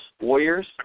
Warriors